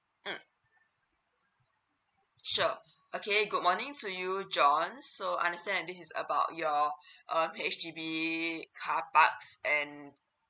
mm sure okay good morning to you john so understand this is about your uh H_D_B carpark and